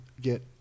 get